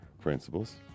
principles